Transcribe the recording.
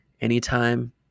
anytime